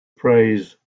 praise